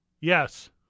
Yes